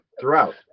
throughout